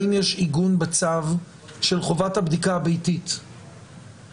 האם יש עיגון בצו של חובת הבדיקה הביתית לנחשפים?